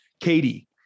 Katie